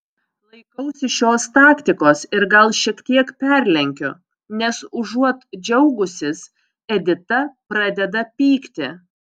laikausi šios taktikos ir gal šiek tiek perlenkiu nes užuot džiaugusis edita pradeda pykti